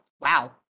Wow